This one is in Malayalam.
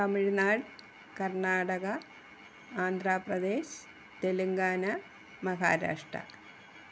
തമിഴ്നാട് കർണ്ണാടക ആന്ധ്രാപ്രദേശ് തെലുങ്കാന മഹാരാഷ്ട്ര